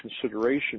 consideration